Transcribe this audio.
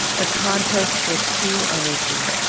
the contest was too unequal.